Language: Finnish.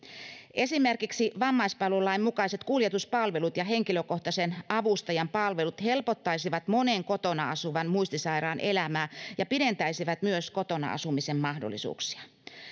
esimerkiksi vammaispalvelulain mukaiset kuljetuspalvelut ja henkilökohtaisen avustajan palvelut helpottaisivat monen kotona asuvan muistisairaan elämää ja pidentäisivät myös kotona asumisen mahdollisuuksia